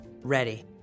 Ready